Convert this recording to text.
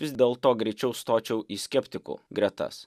vis dėl to greičiau stočiau į skeptikų gretas